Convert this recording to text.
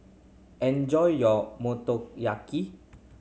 enjoy your Motoyaki